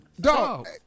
Dog